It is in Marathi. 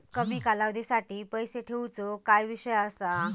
कमी कालावधीसाठी पैसे ठेऊचो काय विषय असा?